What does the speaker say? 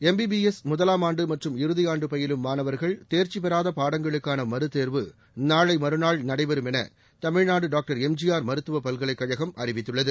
MBBS முதலாமாண்டு மற்றும் இறுதியாண்டு பயிலும் மாணவர்கள் தேர்ச்சி பெறாத பாடங்களுக்காள மறுதேர்வு நாளை மறுநாள் நடைபெறும் என தமிழ்நாடு டாக்டர் எம்ஜிஆர் மருத்துவப் பல்கலைக் கழகம் அறிவித்துள்ளது